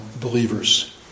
believers